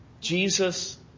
Jesus